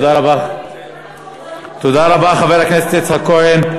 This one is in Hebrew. תודה רבה, חבר הכנסת יצחק כהן.